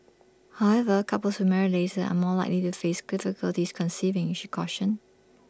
however couples who marry later are more likely to face difficulties conceiving she cautioned